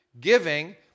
giving